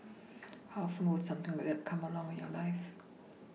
how often will something like come along in your life